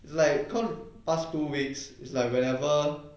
is like come past two weeks is like whenever